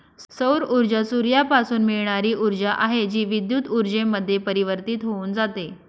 सौर ऊर्जा सूर्यापासून मिळणारी ऊर्जा आहे, जी विद्युत ऊर्जेमध्ये परिवर्तित होऊन जाते